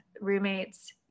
roommates